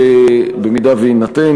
במידה שיינתן,